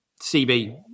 CB